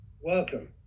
welcome